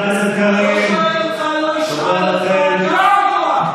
אני לא שואל אותך, לא נשמע לך.